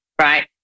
Right